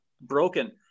broken